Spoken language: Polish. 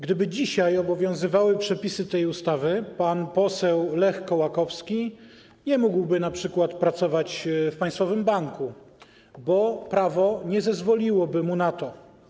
Gdyby dzisiaj obowiązywały przepisy tej ustawy, pan poseł Lech Kołakowski nie mógłby np. pracować w państwowym banku, bo prawo nie zezwoliłoby mu na to.